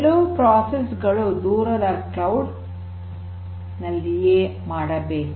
ಕೆಲವು ಪ್ರೋಸೆಸ್ ಗಳು ದೂರದ ಕ್ಲೌಡ್ ನಲ್ಲಿಯೇ ಮಾಡಬೇಕು